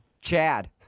Chad